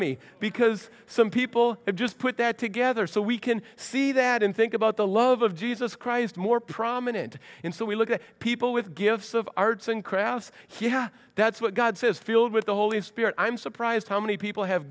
me because some people have just put that together so we can see that and think about the love of jesus christ more prominent in so we look at people with gifts of arts and crafts he that's what god says filled with the holy spirit i'm surprised how many people have